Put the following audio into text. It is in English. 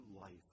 life